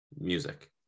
music